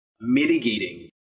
mitigating